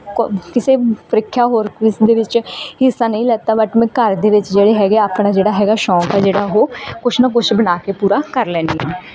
ਕ ਕਿਸੇ ਪ੍ਰੀਖਿਆ ਹੋਰ ਕਿਸਮ ਦੇ ਵਿੱਚ ਹਿੱਸਾ ਨਹੀਂ ਲਿਆ ਬੱਟ ਮੈਂ ਘਰ ਦੇ ਵਿੱਚ ਜਿਹੜੇ ਹੈਗੇ ਹੈ ਆਪਣਾ ਜਿਹੜਾ ਹੈਗਾ ਸ਼ੌਕ ਹੈ ਜਿਹੜਾ ਉਹ ਕੁਛ ਨਾ ਕੁਛ ਬਣਾ ਕੇ ਪੂਰਾ ਕਰ ਲੈਂਦੀ ਹਾਂ